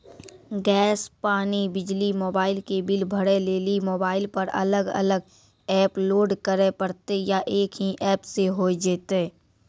Gas, पानी, बिजली, mobile के बिल भरे लेली मोबाइल पर अलग अलग एप्प लोड करे परतै या एक ही एप्प से होय जेतै?